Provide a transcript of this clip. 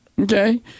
Okay